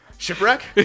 Shipwreck